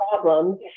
problems